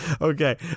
Okay